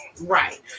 right